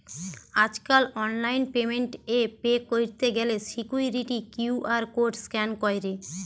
আজকাল online payment এ pay কইরতে গ্যালে সিকুইরিটি কিউ.আর কোড স্ক্যান কইরে